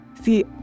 See